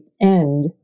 end